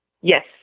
Yes